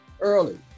early